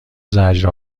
زجر